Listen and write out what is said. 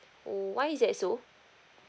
why is that so